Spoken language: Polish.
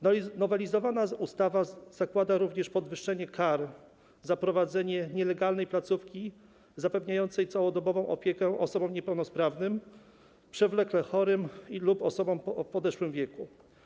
Nowelizowana ustawa zakłada również podwyższenie kar za prowadzenie nielegalnej placówki zapewniającej całodobową opiekę osobom niepełnosprawnym, przewlekle chorym lub osobom w podeszłym wieku.